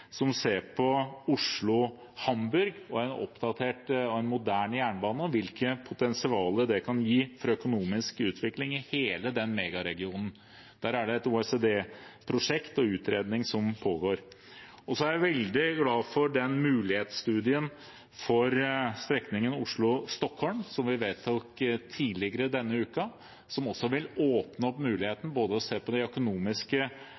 som ser på Oslo–Hamburg og en oppdatert og moderne jernbane og hvilke potensial det kan gi for økonomisk utvikling i hele den megaregionen. Der er det et OECD-prosjekt og utredning som pågår. Jeg er veldig glad for den mulighetsstudien for strekningen Oslo–Stockholm, som vi vedtok tidligere denne uken, som også vil åpne muligheten for å se på den økonomiske